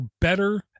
better